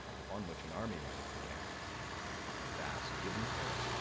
upon which an army might have encamped a vast wooden terrace,